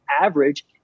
average